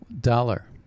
dollar